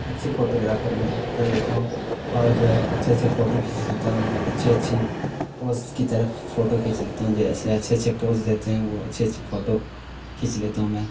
اچھی فوٹوگرافر میں کر لیتا ہوں اور جو ہے اچھے اچھے فوٹو کھیچ لیتا ہوں اچھی اچھی پوز کی طرف فوٹو کھیچ لیتا ہوں جیسے اچھے اچھے پوز دیتے ہیں وہ اچھی اچھی فوٹو کھینچ لیتا ہوں میں